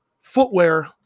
footwear